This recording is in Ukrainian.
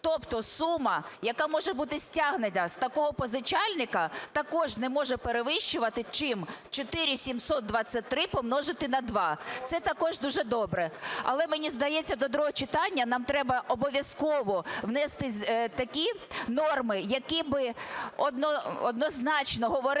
Тобто сума, яка може бути стягнена з такого позичальника, також не може перевищувати, чим 4723 помножити на 2, це також дуже добре. Але мені здається, до другого читання нам треба обов'язково внести такі норми, які б однозначно говорили